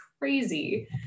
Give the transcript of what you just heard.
crazy